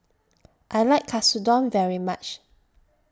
I like Katsudon very much